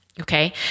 Okay